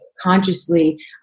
consciously